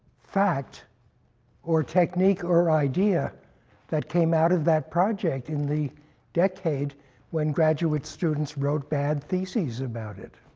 fact or technique or idea that came out of that project in the decade when graduate students wrote bad theses about it.